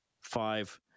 five